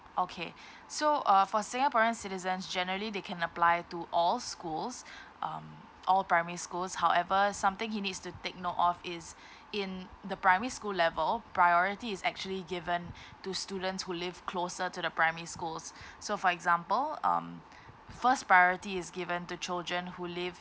okay so uh for singaporean citizens generally they can apply to all schools um all primary schools however something he needs to take note of is in the primary school level priority is actually given to students who live closer to the primary schools so for example um first priority is given to children who live